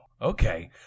Okay